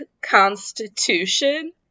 constitution